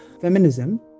feminism